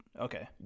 Okay